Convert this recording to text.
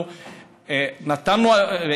אנחנו נתנו,